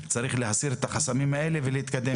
צריך להסיר את החסמים האלה ולהתקדם.